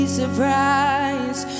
surprise